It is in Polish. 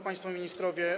Państwo Ministrowie!